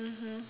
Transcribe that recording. mmhmm